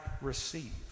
receive